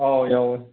ꯑꯧ ꯌꯥꯎꯋꯦ